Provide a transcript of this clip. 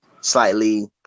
slightly –